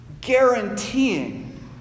guaranteeing